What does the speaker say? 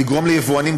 לגרום ליבואנים,